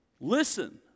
listen